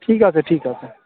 ঠিক আছে ঠিক আছে